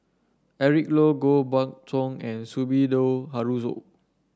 Eric Low Koh Buck Song and Sumida Haruzo